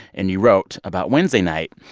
and you wrote, about wednesday night,